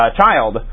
child